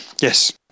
Yes